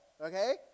okay